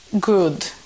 good